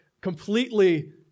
completely